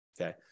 okay